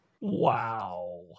Wow